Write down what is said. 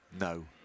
No